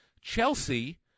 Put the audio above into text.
Chelsea